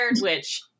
witch